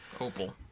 Opal